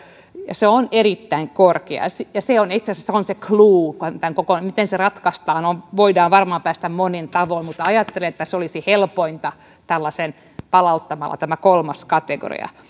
se on erittäin korkea se on itse asiassa se clou miten se ratkaistaan voidaan varmaan päästä eteenpäin monin tavoin mutta ajattelen että olisi helpointa palauttaa tämä kolmas kategoria